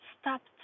stopped